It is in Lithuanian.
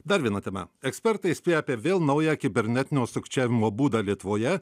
dar viena tema ekspertai įspėja apie vėl naują kibernetinio sukčiavimo būdą lietuvoje